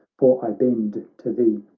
for i bend to thee